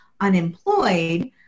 unemployed